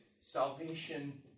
salvation